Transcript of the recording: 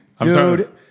Dude